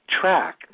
track